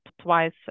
twice